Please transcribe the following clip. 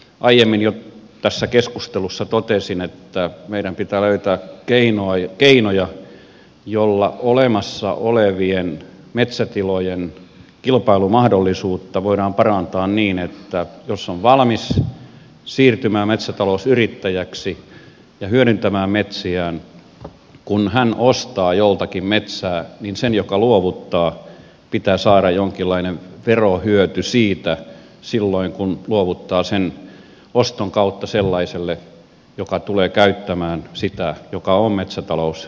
aiemmin jo tässä keskustelussa totesin että meidän pitää löytää keinoja joilla olemassa olevien metsätilojen kilpailumahdollisuutta voidaan parantaa niin että jos on valmis siirtymään metsätalousyrittäjäksi ja hyödyntämään metsiään ja kun ostaa joltakin metsää niin sen joka luovuttaa pitää saada jonkinlainen verohyöty silloin kun luovuttaa metsän oston kautta sellaiselle joka tulee käyttämään sitä ja joka on metsätalousyrittäjä